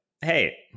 hey